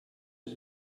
use